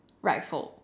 rifle